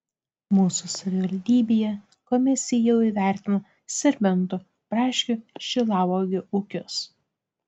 mūsų savivaldybėje komisija jau įvertino serbentų braškių šilauogių ūkius